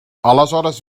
aleshores